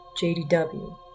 JDW